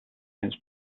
his